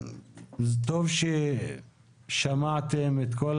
אז טוב ששמעתם את כל